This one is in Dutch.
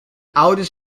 ouders